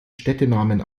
städtenamen